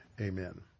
amen